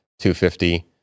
250